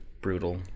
brutal